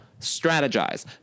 strategize